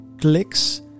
clicks